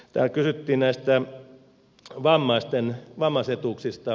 täällä kysyttiin näistä vammaisetuuksista